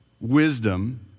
wisdom